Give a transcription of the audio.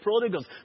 prodigals